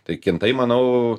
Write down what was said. tai kintai manau